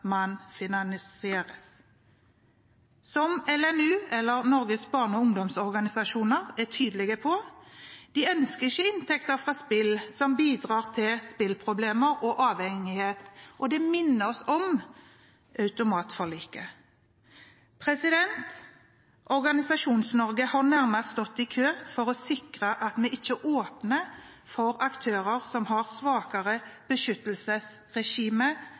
ungdomsorganisasjoner – er tydelige på at de ikke ønsker inntekter fra spill som bidrar til spillproblemer og spilleavhengighet. De minner oss om automatforliket. Organisasjons-Norge har nærmest stått i kø for å sikre at vi ikke åpner for aktører som har svakere beskyttelsesregime